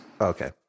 Okay